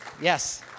Yes